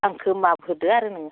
आंखौ माफ होदो आरो नों